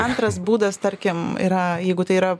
antras būdas tarkim yra jeigu tai yra